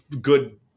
good